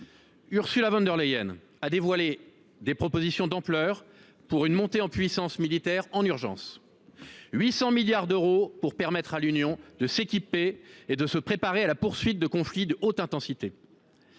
Ursula von der Leyen a dévoilé des propositions d’ampleur, pour une montée en puissance militaire en urgence : 800 milliards d’euros pour permettre à l’Union européenne de s’équiper et de se préparer à la poursuite de conflits de haute intensité.